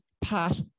Pat